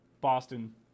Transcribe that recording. Boston